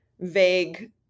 vague